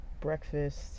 breakfast